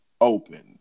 Open